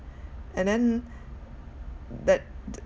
and then that